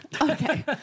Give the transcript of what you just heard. Okay